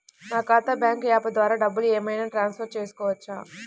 నా ఖాతా bank app ద్వారా డబ్బులు ఏమైనా ట్రాన్స్ఫర్ పెట్టుకోవచ్చా?